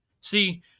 See